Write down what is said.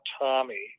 Tommy